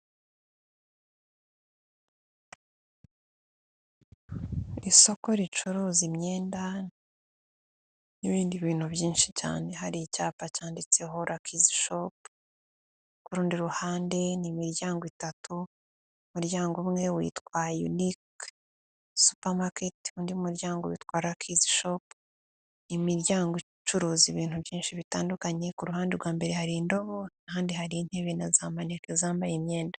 Isoko ricuruza imyenda n'ibindi bintu byinshi cyane, hari icyapa cyanditseho Luck's shop kurundi ruhande ni imiryango itatu, umuryango umwe witwa Unique Supermarket, undi muryango witwa Luck's shop imiryango icuruza ibintu byinshi bitandukanye ku ruhande rwa mbere hari indobo, n'ahandi hari intebe na za maneke zambaye imyenda.